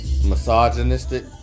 misogynistic